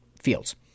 Fields